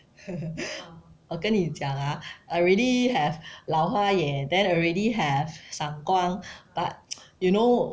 我跟你讲 ah already have 老花眼 then already have 散光 but you know